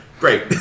Great